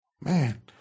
Man